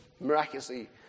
miraculously